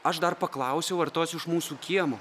aš dar paklausiau ar tos iš mūsų kiemo